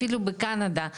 אפילו בקנדה,